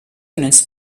units